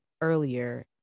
earlier